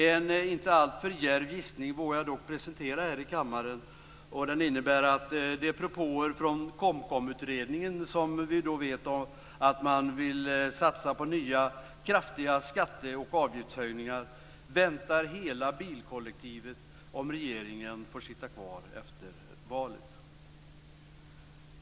Jag vågar här i kammaren presentera en inte alltför djärv gissning om att propåerna från KOMKOM om att nya kraftiga skatte och avgiftshöjningar väntar hela bilkollektivet om regeringen sitter kvar efter valet besannas.